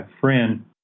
friend